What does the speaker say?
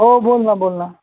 हो बोल ना बोल ना